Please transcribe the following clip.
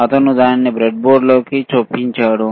అతను దానిని బ్రెడ్బోర్డ్లోకి చొప్పించాడు